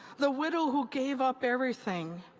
the widow who gave up everything,